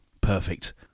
Perfect